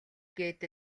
гээд